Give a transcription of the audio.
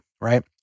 right